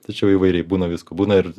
tačiau įvairiai būna visko būna ir